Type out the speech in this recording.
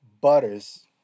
Butters